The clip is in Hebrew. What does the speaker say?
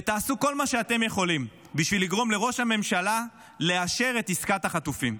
ותעשו כל מה שאתם יכולים בשביל לגרום לראש הממשלה לאשר את עסקת החטופים.